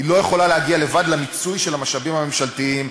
היא לא יכולה להגיע לבד למיצוי של המשאבים הממשלתיים,